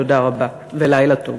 תודה רבה ולילה טוב.